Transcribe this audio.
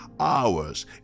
hours